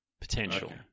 Potential